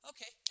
Okay